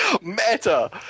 Meta